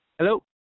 Hello